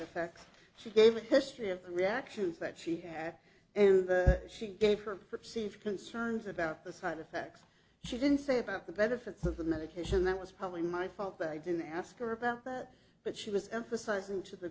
effects she gave a history of reactions that she had and she gave her perceived concerns about the side effects she didn't say about the benefits of the medication that was probably my fault but i didn't ask her about that but she was emphasizing to the